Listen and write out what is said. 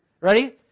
Ready